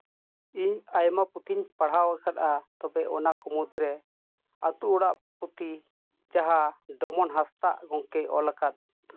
ᱤᱧ ᱟᱭᱢᱟ ᱯᱩᱛᱷᱤᱧ ᱯᱟᱲᱦᱟᱣ ᱠᱟᱜᱼᱟ ᱛᱚᱵᱮ ᱚᱱᱟᱠᱚ ᱢᱩᱫᱽᱨᱮ ᱟᱹᱛᱩ ᱚᱲᱟᱜ ᱯᱩᱛᱷᱤ ᱡᱟᱦᱟᱸ ᱰᱚᱢᱚᱱ ᱦᱟᱸᱥᱫᱟ ᱜᱚᱢᱠᱮᱭ ᱚᱞ ᱠᱟᱜ